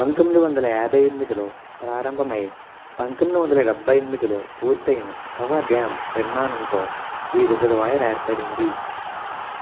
పంతొమ్మిది వందల యాభై ఎన్మిదిలో ప్రారంభమై పంతొమ్మిది వందల డెబ్బై ఎనమిదిలో పూర్తయిన తవా డ్యామ్ నిర్మాణంతో ఈ రిజర్వాయర్ ఏర్పడింది